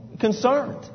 Concerned